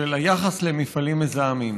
חבר הכנסת מנחם אליעזר מוזס,